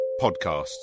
podcasts